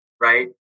right